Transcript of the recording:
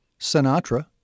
Sinatra